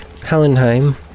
Hallenheim